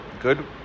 good